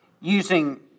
using